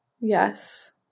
Yes